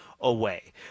away